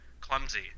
clumsy